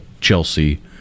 Chelsea